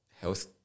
health